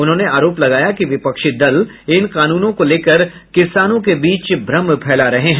उन्होंने आरोप लगाया कि विपक्षी दल इन कानूनों को लेकर किसानों के बीच भ्रम फैला रहे हैं